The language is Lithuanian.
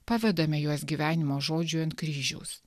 pavedame juos gyvenimo žodžiui ant kryžiaus